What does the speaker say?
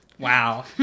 Wow